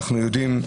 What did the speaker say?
אנחנו יודעים.